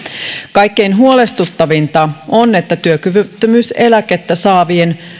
kaikkein huolestuttavinta on että työkyvyttömyyseläkettä saavien